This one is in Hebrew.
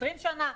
20 שנים?